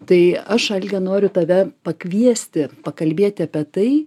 tai aš alge noriu tave pakviesti pakalbėti apie tai